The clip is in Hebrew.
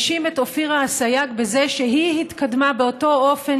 האשים את אופירה אסייג שהיא התקדמה באותו אופן